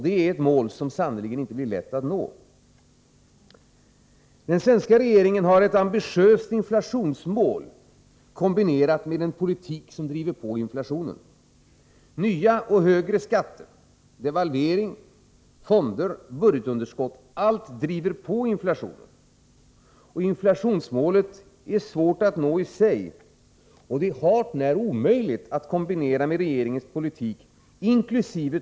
Det målet blir sannerligen inte lätt att nå. Den svenska regeringen har ett ambitiöst inflationsmål kombinerat med en politik som driver på inflationen. Nya och högre skatter, devalvering, fonder, budgetunderskott — allt driver på inflationen. Inflationsmålet är i sig svårt att nå, och det är hart när omöjligt att kombinera med regeringens politik, inkl.